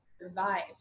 survive